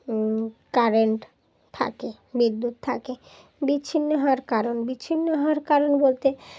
current থাকে বিদ্যুৎ থাকে বিচ্ছিন্ন হওয়ার কারণ বিচ্ছিন্ন হওয়ার কারণ বলতে